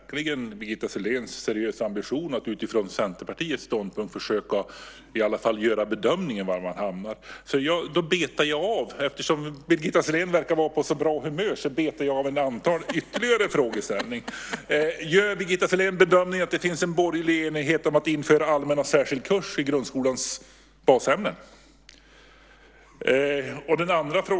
Herr talman! Jag uppskattar Birgitta Selléns seriösa ambition att utifrån Centerpartiets ståndpunkt försöka göra en bedömning av var man hamnar. Eftersom Birgitta Sellén verkar vara på så bra humör betar jag av ett antal ytterligare frågor. Gör Birgitta Sellén bedömningen att det finns en borgerlig enighet om att införa allmän och särskild kurs i grundskolans basämnen?